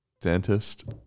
dentist